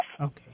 Okay